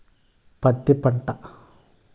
పత్తి పంట